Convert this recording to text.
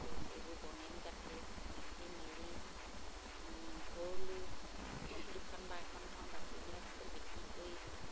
আকৌ এইবোৰ বনেট গাথোঁ গাঁথি মেলি ঘৰলৈ দুখন বা এখন থওঁ বাকীবিলাক চব বিকি কৰি দিওঁ